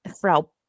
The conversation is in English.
Frau